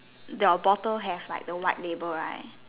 the bottle has the white label right